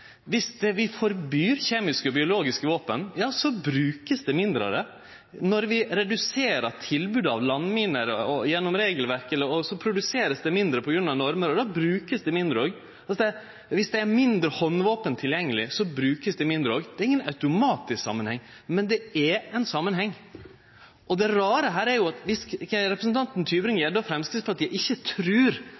Viss vi forbyr kjemiske og biologiske våpen, vert det brukt mindre av det. Når vi reduserer tilbodet av landminer gjennom regelverk, vert det produsert mindre på grunn av normer, og då vert det òg brukt mindre. Viss det er færre handvåpen tilgjengeleg, vert dei òg mindre brukte. Det er ingen automatisk samanheng, men det er ein samanheng. Og det rare her er at viss representanten Tybring-Gjedde og Framstegspartiet ikkje trur